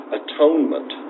atonement